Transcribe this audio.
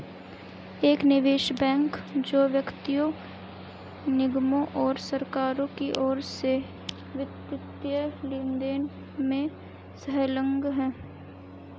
एक निवेश बैंक जो व्यक्तियों निगमों और सरकारों की ओर से वित्तीय लेनदेन में संलग्न है